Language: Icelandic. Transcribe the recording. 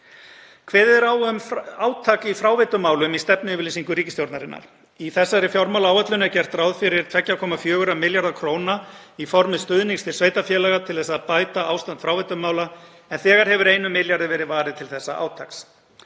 er á um átak í fráveitumálum í stefnuyfirlýsingu ríkisstjórnarinnar. Í þessari fjármálaáætlun er gert ráð fyrir 2,4 milljörðum kr. í formi stuðnings til sveitarfélaga til þess að bæta ástand fráveitumála en þegar hefur einum milljarði verið varið til þessa átaks.